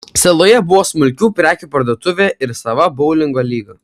saloje buvo smulkių prekių parduotuvė ir sava boulingo lyga